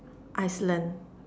Iceland